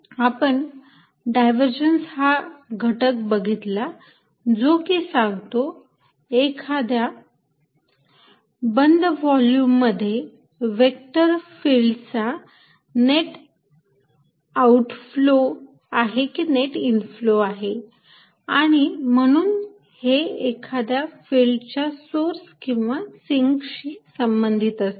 आपण डायव्हर्जन्स हा घटक बघितला जो की सांगतो एखाद्या बंद व्हॉल्युम मध्ये व्हेक्टर फिल्डचा नेट आऊट फ्लो आहे की नेट इन फ्लो आहे आणि म्हणून हे एखाद्या फिल्ड च्या सोर्स किंवा सिंकशी संबंधित असते